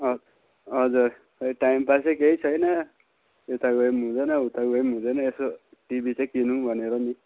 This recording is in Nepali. हवस् हजुर खोइ टाइमपासै केही छैन यता गए नि हुँदैन उता गए नि हुँदैन यसो टिभी चाहिँ किनौँ भनेर नि